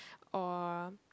or